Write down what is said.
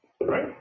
Right